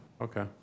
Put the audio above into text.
Okay